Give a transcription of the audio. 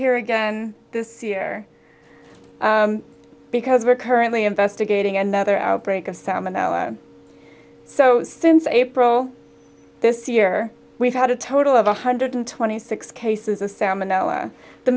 here again this year because we're currently investigating another outbreak of salmonella so since april this year we've had a total of one hundred twenty six cases a salmon nella the